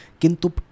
Kintup